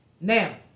now